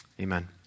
amen